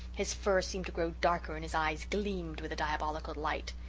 his fur seemed to grow darker and his eyes gleamed with a diabolical light.